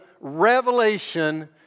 revelation